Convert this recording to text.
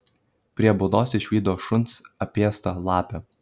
prie būdos išvydo šuns apėstą lapę